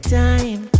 time